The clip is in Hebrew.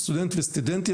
סטודנט או סטודנטיות,